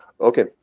okay